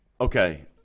Okay